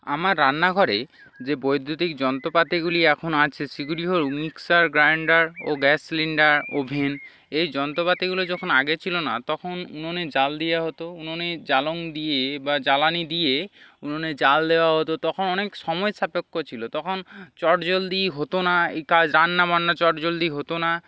আমার রান্না ঘরে যে বৈদ্যুতিক যন্ত্রপাতিগুলি এখন আছে সেগুলি হলো মিক্সার গ্রাইন্ডার ও গ্যাস সিলিন্ডার ওভেন এই যন্ত্রপাতিগুলো যখন আগে ছিল না তখন উননে জ্বাল দিয়া হতো উননে জ্বালং দিয়ে বা জ্বালানি দিয়ে উননে জ্বাল দেওয়া হতো তখন অনেক সময় সাপেক্ষ ছিল তখন চটজলদি হতো না এ কাজ রান্না বান্না চটজলদি হতো না